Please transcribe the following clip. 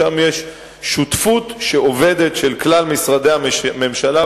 שם יש שותפות שעובדת של כלל משרדי הממשלה,